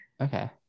okay